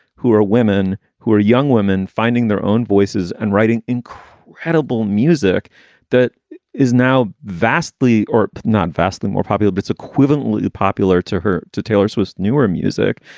who are women, who are young women finding their own voices and writing incredible music that is now vastly or not vastly more popular. it's equivalently popular to her, to taylor swift's newer music.